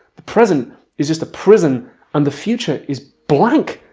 the present is just a prison and the future is blank.